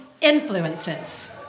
Influences